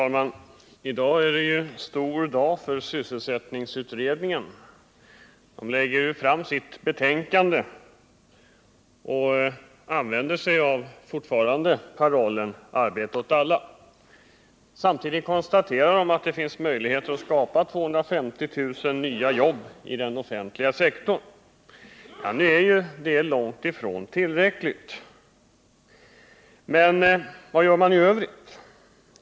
Herr talman! Detta är en stor dag för sysselsättningsutredningen, som ju i dag lägger fram sitt betänkande. Utredningen använder fortfarande parollen om arbete åt alla. Samtidigt konstaterar den att det finns möjligheter att skapa 250 000 nya jobb i den offentliga sektorn. Detta är dock långt ifrån tillräckligt. Vad gör då utredningen i övrigt?